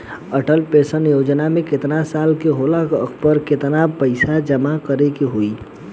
Atal pension योजना मे केतना साल के होला पर केतना पईसा जमा करे के होई?